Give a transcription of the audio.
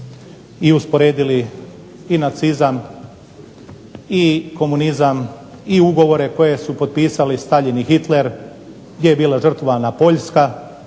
i usporedili i nacizam i komunizam i ugovore koje su potpisali Staljin i Hitler gdje je bila žrtvovana Poljska,